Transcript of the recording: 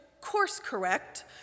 course-correct